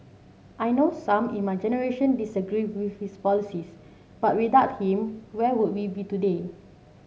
I know some in my generation disagree with his policies but without him where would we be today